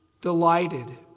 delighted